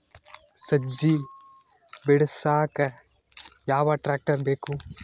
ಸಜ್ಜಿ ಬಿಡಸಕ ಯಾವ್ ಟ್ರ್ಯಾಕ್ಟರ್ ಬೇಕು?